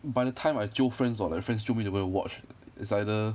by the time I jio friends or my friends jio me to go and watch it's either